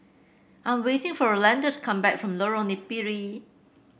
I am waiting for Rolanda to come back from Lorong Napiri